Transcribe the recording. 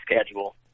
schedule